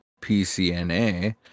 PCNA